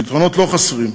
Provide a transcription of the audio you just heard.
פתרונות לא חסרים,